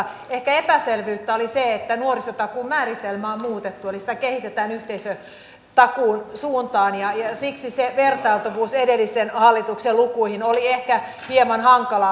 ehkä epäselvyyttä oli siinä että nuorisotakuun määritelmää on muutettu eli sitä kehitetään yhteisötakuun suuntaan ja siksi se vertailtavuus edellisen hallituksen lukuihin oli ehkä hieman hankalaa